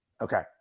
Okay